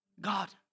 God